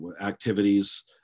activities